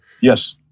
Yes